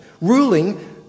ruling